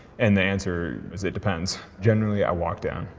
and the answer is it depends. generally i walk down.